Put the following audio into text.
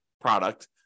product